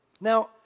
Now